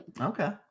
Okay